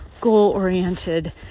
goal-oriented